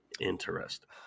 Interesting